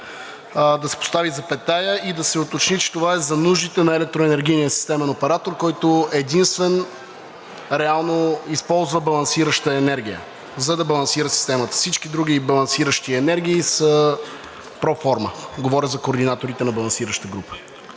да се постави запетая и да се уточни, че това е за нуждите на Електроенергийния системен оператор, който единствен реално използва балансираща енергия, за да балансира системата. Всички други балансиращи енергии са проформа – говоря за координаторите на балансираща група.